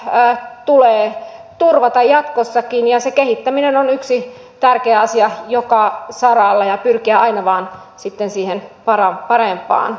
asiakastyytyväisyyttä tulee turvata jatkossakin ja sen kehittäminen on yksi tärkeä asia joka saralla ja tulee pyrkiä aina vain sitten parempaan